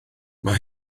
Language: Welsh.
mae